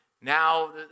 now